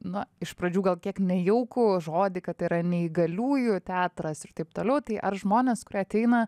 na iš pradžių gal kiek nejaukų žodį kad tai yra neįgaliųjų teatras ir taip toliau tai ar žmonės kurie ateina